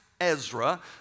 Ezra